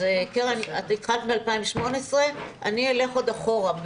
אז קרן, התחלת מ-2018, אני אלך עוד אחורה.